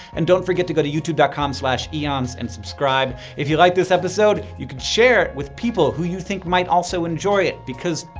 and don't forget to go to youtube dot com slash eons and subscribe! if you liked this episode, you could share it with people who you think might also enjoy it because,